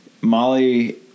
Molly